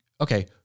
okay